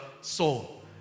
soul